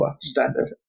standard